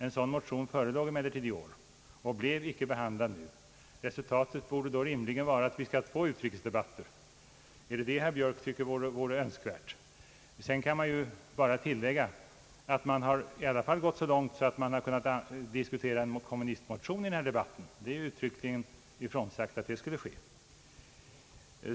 En sådan motion förelåg emellertid i år, och den har icke blivit behandlad. Resultatet borde då rimligen vara att vi skall ha två utrikesdebatter. Tycker herr Björk att det vore önskvärt? Man har i alla fall gått så långt att man kunnat diskutera en kommunistmotion i den här debatten. Det sades uttryckligen ifrån att så skulle ske.